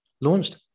launched